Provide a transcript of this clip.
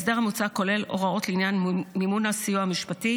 ההסדר המוצע כולל הוראות לעניין מימון הסיוע המשפטי